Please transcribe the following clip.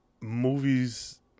movies